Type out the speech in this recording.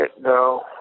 no